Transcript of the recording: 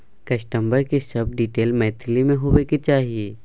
customer के सब detail Maithili में होबाक चाही